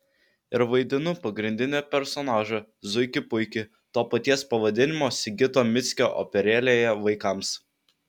ir vaidinu pagrindinį personažą zuikį puikį to paties pavadinimo sigito mickio operėlėje vaikams